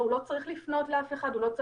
ישראל שלא נמצא במתכונת כזו או אחרת